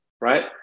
right